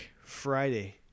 Friday